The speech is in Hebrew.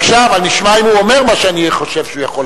אבל אתה יודע מה הוא יכול לענות.